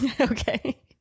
Okay